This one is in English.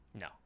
No